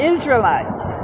Israelites